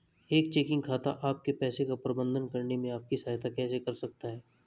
एक चेकिंग खाता आपके पैसे का प्रबंधन करने में आपकी सहायता कैसे कर सकता है?